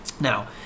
Now